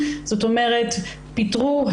זאת אומרת: "פתרו",